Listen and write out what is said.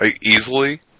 easily